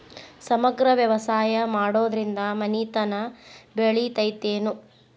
ಸಮಗ್ರ ವ್ಯವಸಾಯ ಮಾಡುದ್ರಿಂದ ಮನಿತನ ಬೇಳಿತೈತೇನು?